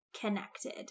connected